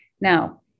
Now